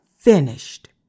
Finished